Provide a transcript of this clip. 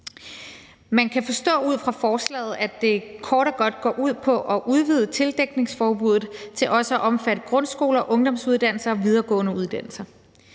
Man kan forstå ud fra forslaget, at det kort og godt går ud på at udvide tildækningsforbuddet til også at omfatte grundskoler, ungdomsuddannelser og videregående uddannelser.